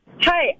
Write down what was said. Hi